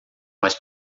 mas